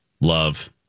Love